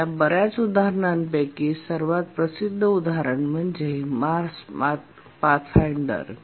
या बर्याच उदाहरणांपैकी सर्वात प्रसिद्ध उदाहरण म्हणजे मार्स पाथफाइंडर